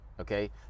okay